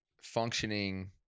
functioning